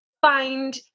find